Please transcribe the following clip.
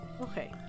Okay